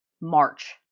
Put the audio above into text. March